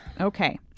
okay